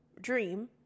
dream